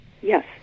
Yes